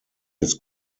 his